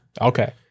Okay